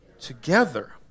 Together